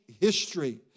history